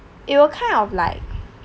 it will kind of like